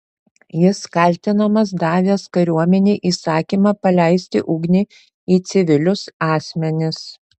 jis kaltinamas davęs kariuomenei įsakymą paleisti ugnį į civilius asmenis